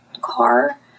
car